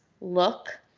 look